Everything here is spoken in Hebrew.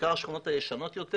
בעיקר השכונות הישנות יותר